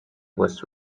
was